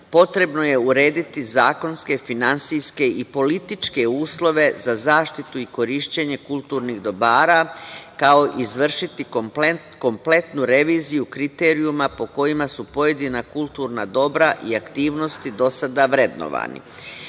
potrebno je urediti zakonske, finansijske i političke uslove za zaštitu i korišćenje kulturnih dobara, kao i izvršiti kompletnu reviziju kriterijuma po kojima su pojedina kulturna dobra i aktivnosti do sada vrednovani. Ovo